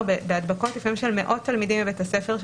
בהדבקות לפעמים של מאות תלמידים בבית הספר,